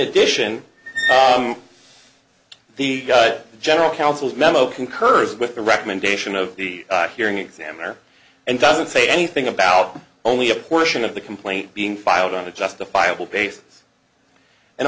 addition the general counsel's memo concurs with the recommendation of the hearing examiner and doesn't say anything about only a portion of the complaint being filed on a justifiable basis and